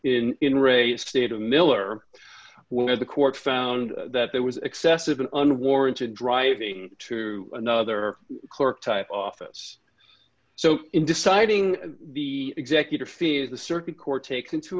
in in re state of miller where the court found that there was excessive an unwarranted driving to another clerk type office so in deciding the executor fee of the circuit court takes into